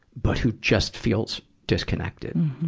but who just feels disconnected.